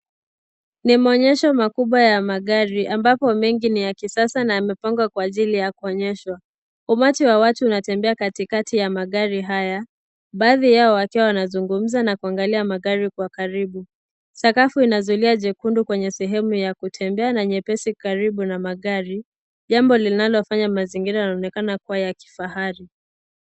Ni maonyesho makubwa ya magari ambapo mengi ni ya kisasa na yamepangwa kwa ajili ya kuonyeshwa. Umati wa watu anatembea katikati ya magari haya. Baadhi yao wakiwa wanazungumza na kuangalia magari kwa karibu . Sakafu ina zulia jekundu kwenye sehemu ya kutembea na nyepesi karibu na maghari. Jambo linalofanya mazingira yanaonekana kubwa ni ya kifahari.